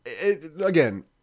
Again